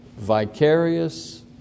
vicarious